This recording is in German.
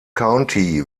county